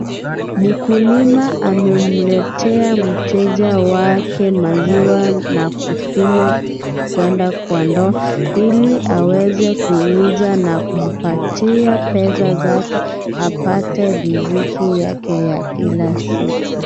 Mkulima amemleta mteja wake maziwa na kupima kwenda kwa ndoo, ili aweze kuuza na kumpatia pesa zake, apate riziki yake ya kila siku.